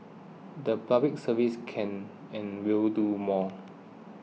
the Public Service can and will do more